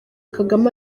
kagame